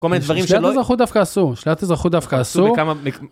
כל מיני דברים שלא, - שלילת אזרחות דווקא עשו, שלילת אזרחות דווקא עשו. - כמה נגיד